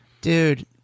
Dude